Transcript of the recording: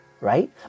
right